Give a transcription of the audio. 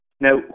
Now